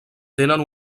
tenen